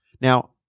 Now